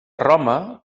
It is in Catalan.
roma